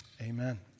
Amen